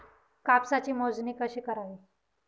कापसाची मोजणी कशी करावी?